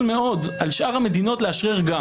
מאוד על שאר המדינות שגם הן יאשררו.